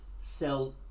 sell